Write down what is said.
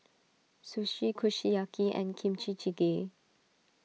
Sushi Kushiyaki and Kimchi Jjigae